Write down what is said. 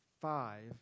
five